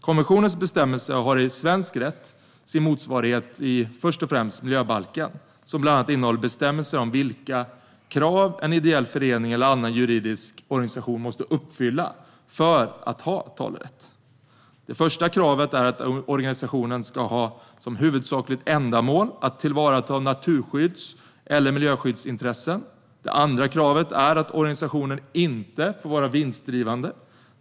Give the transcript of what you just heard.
Konventionens bestämmelser har i svensk rätt sin motsvarighet i först och främst miljöbalken, som bland annat innehåller bestämmelser om vilka krav en ideell förening eller annan juridisk organisation måste uppfylla för att ha talerätt. Det första kravet är att organisationen ska ha som huvudsakligt ändamål att tillvarata naturskydds eller miljöskyddsintressen. Det andra kravet är att organisationen inte får vara vinstdrivande.